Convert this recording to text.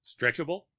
stretchable